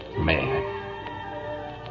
Man